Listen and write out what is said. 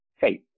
faith